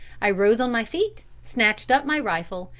i rose on my feet, snatched up my rifle,